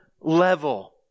level